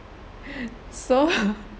so